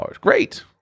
Great